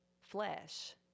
flesh